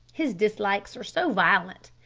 his dislikes are so violent.